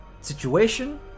situation